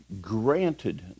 granted